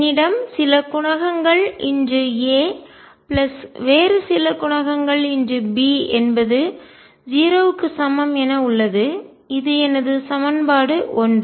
என்னிடம் சில குணகங்கள் a பிளஸ் வேறு சில குணகங்கள் B என்பது 0 க்கு சமம் என உள்ளது இது எனது சமன்பாடு 1